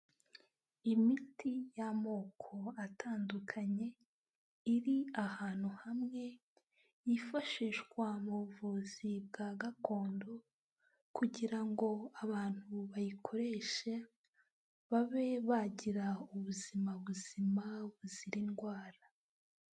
Imiti y'amoko atandukanye, iri ahantu hamwe, hifashishwa mu buvuzi bwa gakondo, kugira ngo abantu bayikoreshe, babe bagira ubuzima buzima buzira indwara.